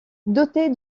dotée